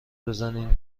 بزنین